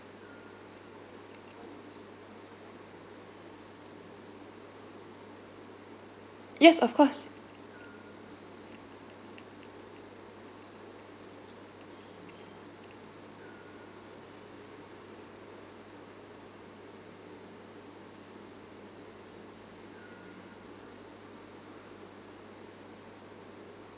yes of course